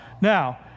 Now